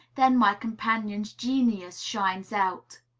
then my companion's genius shines out.